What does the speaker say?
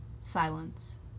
Silence